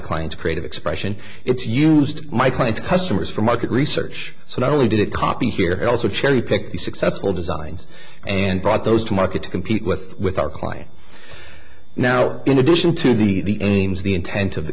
client to creative expression it's used my clients customers for market research so not only did it copy here it also cherry picked the successful designs and brought those to market to compete with with our client now in addition to the names the intent of the